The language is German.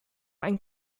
einen